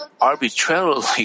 arbitrarily